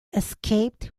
escaped